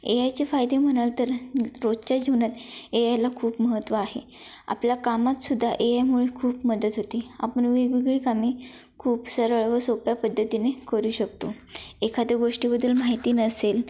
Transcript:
ए आयचे फायदे म्हणाल तर रोजच्या जीवनात ए आयला खूप महत्त्व आहे आपल्या कामात सुद्धा ए आयमुळे खूप मदत होती आपण वेगवेगळी कामे खूप सरळ व सोप्या पद्धतीने करू शकतो एखाद्या गोष्टीबद्दल माहिती नसेल